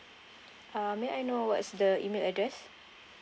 uh may I know what's the email address